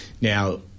Now